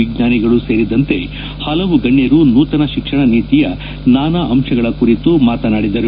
ವಿಜ್ಞಾನಿಗಳು ಸೇರಿದಂತೆ ಹಲವು ಗಣ್ಣರು ನೂತನ ಶಿಕ್ಷಣ ನೀತಿಯ ನಾನಾ ಅಂಶಗಳ ಕುರಿತು ಮಾತನಾಡಿದರು